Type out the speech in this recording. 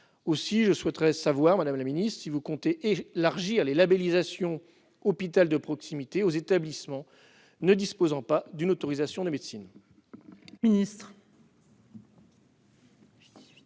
Aussi, je souhaiterais savoir, madame la ministre, si vous comptez élargir les labellisations « hôpital de proximité » aux établissements ne disposant pas d'une autorisation de médecine.